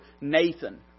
Nathan